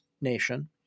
nation